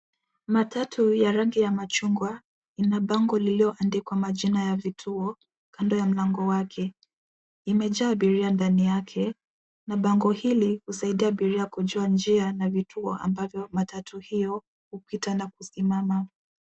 Matatu ya rangi ya machungwa ina bango lilioandikwa majina ya vituo kando ya mlango wake. Imejaa abiria ndani yake na bango hili husaidia abiria kujua njia na vituo ambavyo matatu hiyo hupita na kusimama.